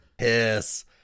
Yes